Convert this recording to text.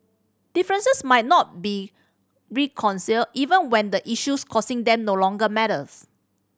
differences might not be reconciled even when the issues causing them no longer matters